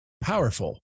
powerful